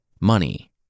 Money